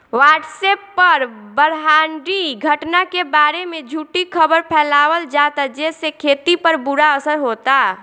WhatsApp पर ब्रह्माण्डीय घटना के बारे में झूठी खबर फैलावल जाता जेसे खेती पर बुरा असर होता